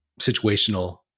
situational